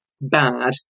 bad